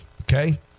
okay